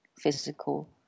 physical